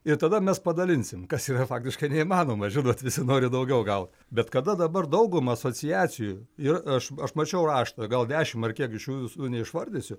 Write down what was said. ir tada mes padalinsim kas yra faktiškai neįmanoma žinot visi nori daugiau gaut bet kada dabar dauguma asociacijų ir aš aš mačiau raštą gal dešim ar kiek aš jų visų neišvardysiu